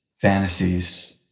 fantasies